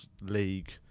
League